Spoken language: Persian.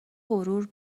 غرور